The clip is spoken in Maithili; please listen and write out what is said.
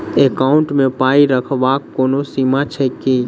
एकाउन्ट मे पाई रखबाक कोनो सीमा छैक की?